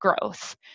growth